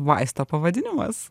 vaisto pavadinimas